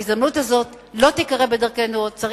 ההזדמנות הזאת לא תיקרה בדרכנו עוד.